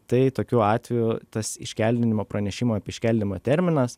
tai tokiu atveju tas iškeldinimo pranešimo iškeldinimo terminas